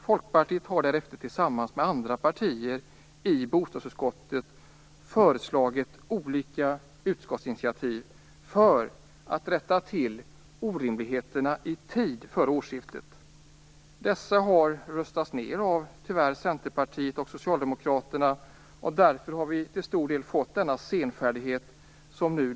Folkpartiet har tillsammans med andra partier i bostadsutskottet föreslagit olika utskottsinitiativ för att man skall kunna rätta till orimligheterna i tid före årsskiftet. Dessa initiativ har tyvärr röstats ned av Centerpartiet och Socialdemokraterna, och det är till stor del därför vi har fått denna senfärdighet.